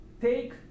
Take